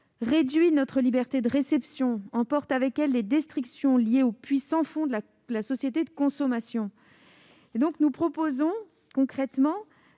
réduit notre liberté de réception et emporte avec elle les destructions liées au puits sans fond de la société de consommation. Nous proposons donc de